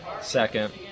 Second